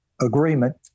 agreement